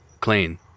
clean